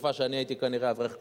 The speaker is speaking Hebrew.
בתקופה שאני הייתי כנראה אברך כולל.